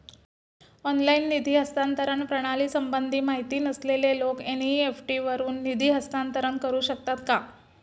Online निधी हस्तांतरण प्रणालीसंबंधी माहिती नसलेले लोक एन.इ.एफ.टी वरून निधी हस्तांतरण करू शकतात का?